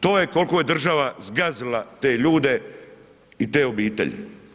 To je koliko je država zgazila te ljude i te obitelji.